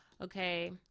okay